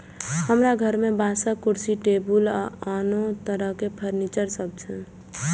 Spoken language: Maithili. हमरा घर मे बांसक कुर्सी, टेबुल आ आनो तरह फर्नीचर सब छै